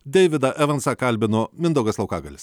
deividą evansą kalbino mindaugas laukagalis